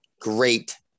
Great